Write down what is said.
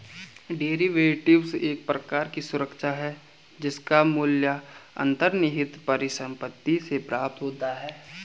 derivatives एक प्रकार की सुरक्षा है जिसका मूल्य अंतर्निहित परिसंपत्ति से प्राप्त होता है